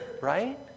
right